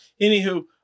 anywho